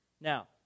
Now